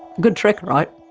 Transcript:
good trick, right?